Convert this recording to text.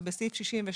ובסעיף 66